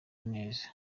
neza